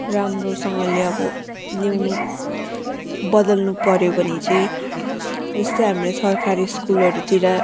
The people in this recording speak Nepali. राम्रोसँगले अब ल्याउनु बदल्नु पर्यो भने चाहिँ जस्तै हामीलाई सरखारी स्कुलहरूतिर